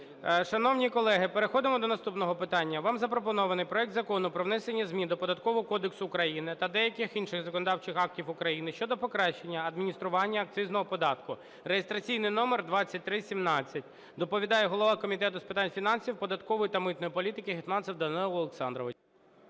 Шановні колеги, переходимо до наступного питання. Вам запропонований проект Закону про внесення змін до Податкового кодексу України та деяких інших законодавчих актів України (щодо покращення адміністрування акцизного податку) (реєстраційний номер 2317). Доповідає голова Комітету з питань фінансів, податкової та митної політики Гетманцев Данило Олександрович.